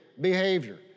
behavior